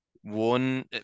one